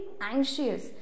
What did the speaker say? anxious